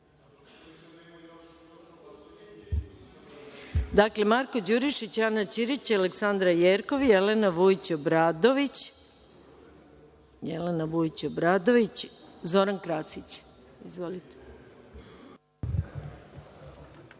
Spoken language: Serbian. Marko Đurišić, Ana Ćirić, Aleksandra Jerkov, Jelena Vujić Obradović, Zoran Krasić.(Goran